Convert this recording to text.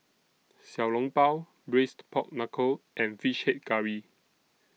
Xiao Long Bao Braised Pork Knuckle and Fish Head Curry